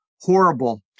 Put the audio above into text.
horrible